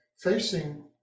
facing